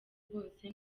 bose